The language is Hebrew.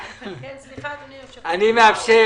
היום אשה בת 67, שמתקרבת לגיל 70, היא אשה צעירה.